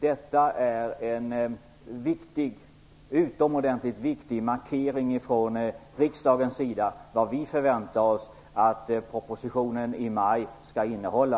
Detta är en utomordentligt viktig markering från riksdagen om vad vi förväntar oss att propositionen i maj skall innehålla.